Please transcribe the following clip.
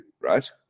right